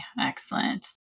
excellent